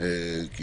כי